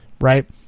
right